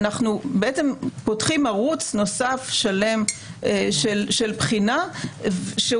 אנחנו בעצם פותחים ערוץ נוסף שלם של בחינה שהוא